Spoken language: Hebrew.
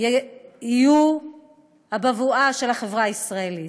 יהיו הבבואה של החברה הישראלית.